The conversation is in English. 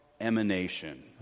emanation